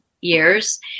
years